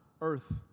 earth